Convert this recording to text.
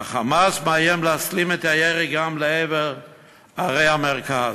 וה"חמאס" מאיים להסלים את הירי גם לעבר ערי המרכז.